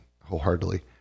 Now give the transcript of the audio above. wholeheartedly